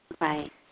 Right